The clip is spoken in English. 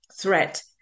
threat